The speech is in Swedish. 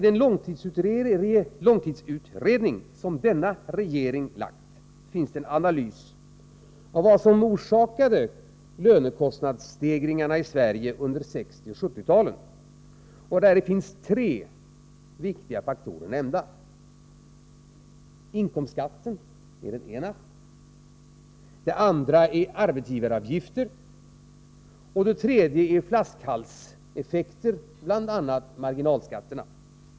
Den långtidsutredning som denna regering tillsatt har gjort en analys av orsakerna till kostnadsstegringarna i Sverige under 1960 och 1970-talen. Där finns tre viktiga faktorer nämnda. Inkomstskatten är den ena. Den andra är höjda arbetsgivaravgifter. Den tredje är flaskhalseffekter på arbetsmarknaden till följd av bl.a. marginalskatterna.